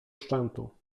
szczętu